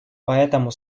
поэтому